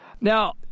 Now